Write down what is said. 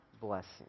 blessing